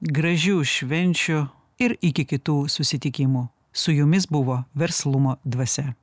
gražių švenčių ir iki kitų susitikimų su jumis buvo verslumo dvasia